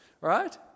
right